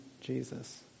Jesus